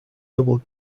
double